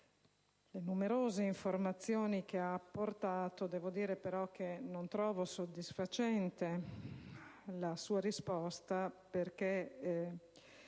le numerose informazioni che ha fornito. Devo dire però che non trovo soddisfacente la sua risposta, perché